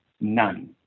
none